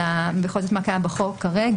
אלא בכל זאת מה קיים בחוק כרגע.